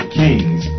kings